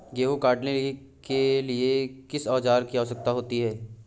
गेहूँ काटने के लिए किस औजार की आवश्यकता होती है?